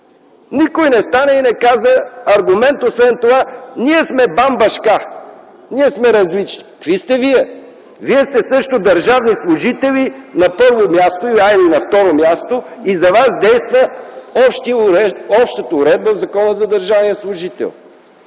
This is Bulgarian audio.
Никой не стана и не каза аргумент, освен това: ние сме бамбашка, ние сме различни. Кои сте вие? Вие сте също държавни служители и за вас действа общата уредба в Закона за държавния служител.